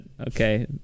okay